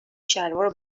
شلوارو